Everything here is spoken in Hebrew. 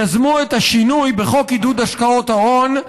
את השינוי בחוק עידוד השקעות ההון,